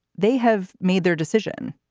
they have made their decision.